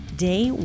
Day